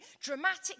dramatic